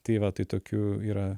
tai va tai tokių yra